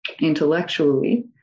intellectually